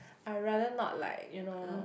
I rather not like you know